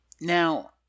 Now